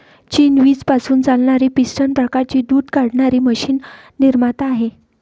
चीन वीज पासून चालणारी पिस्टन प्रकारची दूध काढणारी मशीन निर्माता आहे